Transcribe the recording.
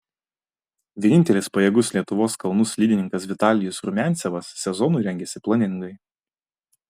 vienintelis pajėgus lietuvos kalnų slidininkas vitalijus rumiancevas sezonui rengiasi planingai